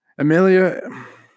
Amelia